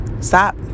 stop